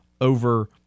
over